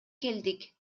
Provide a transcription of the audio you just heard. келдик